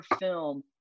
film